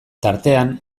tartean